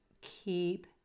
keep